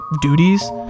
duties